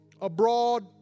abroad